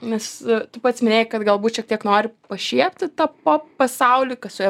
nes tu pats minėjai kad galbūt šiek tiek nori pašiepti tą pop pasaulį kad su ja